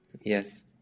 Yes